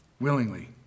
Willingly